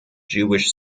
jewish